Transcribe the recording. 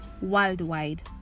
Worldwide